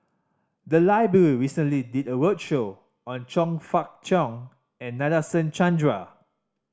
the library recently did a roadshow on Chong Fah Cheong and Nadasen Chandra